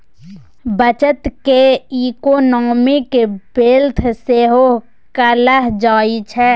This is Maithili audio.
बचत केँ इकोनॉमिक वेल्थ सेहो कहल जाइ छै